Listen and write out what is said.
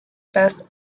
past